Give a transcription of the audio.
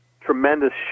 tremendous